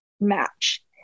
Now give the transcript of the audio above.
match